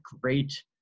great